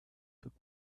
took